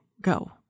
go